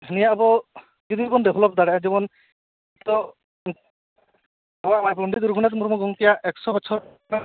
ᱱᱤᱭᱟᱹ ᱟᱵᱚ ᱡᱩᱫᱤ ᱵᱚᱱ ᱰᱮᱵᱷᱞᱚᱯ ᱫᱟᱲᱮᱭᱟᱜ ᱡᱮᱢᱚᱱ ᱯᱚᱱᱰᱤᱛ ᱨᱩᱜᱷᱩᱱᱟᱛᱷᱟ ᱢᱩᱨᱢᱩ ᱜᱚᱝᱠᱮ ᱟᱜ ᱮᱠᱥᱳ ᱵᱚᱪᱷᱚᱨ